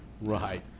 Right